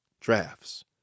drafts